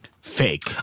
Fake